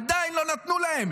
עדיין לא נתנו להם,